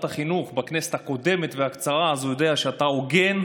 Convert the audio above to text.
החינוך בכנסת הקודמת והקצרה יודע שאתה הוגן,